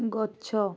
ଗଛ